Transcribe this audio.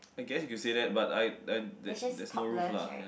I guess you can say that but I I there there's no roof lah ya